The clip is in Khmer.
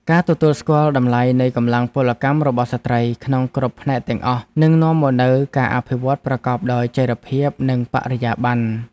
ការទទួលស្គាល់តម្លៃនៃកម្លាំងពលកម្មរបស់ស្ត្រីក្នុងគ្រប់ផ្នែកទាំងអស់នឹងនាំមកនូវការអភិវឌ្ឍប្រកបដោយចីរភាពនិងបរិយាបន្ន។